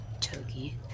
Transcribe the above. Toki